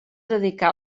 dedicar